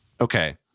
Okay